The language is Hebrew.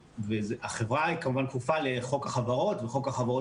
החברה כמובן כפופה לחוק החברות וחוק החברות